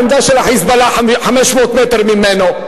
עמדה של ה"חיזבאללה" 500 מטר ממנו,